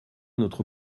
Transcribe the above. notre